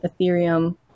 Ethereum